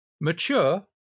mature